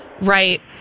Right